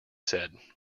said